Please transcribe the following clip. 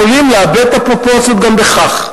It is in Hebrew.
יכולים לאבד את הפרופורציות גם בכך,